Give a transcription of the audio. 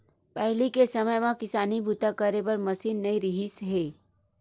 पहिली के समे म किसानी बूता करे बर मसीन नइ रिहिस हे